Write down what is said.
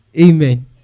Amen